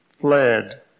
fled